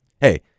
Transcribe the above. Hey